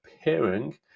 appearing